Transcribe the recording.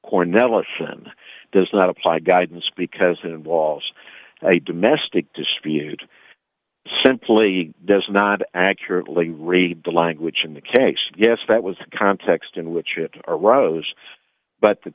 them does not apply guidance because it involves a domestic dispute simply does not accurately read the language in the case yes that was the context in which it arose but the